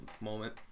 moment